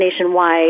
nationwide